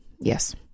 Yes